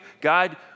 God